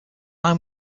line